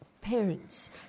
parents